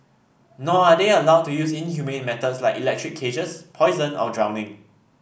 nor are they allowed to use inhumane methods like electric cages poison or drowning